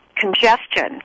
congestion